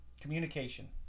communication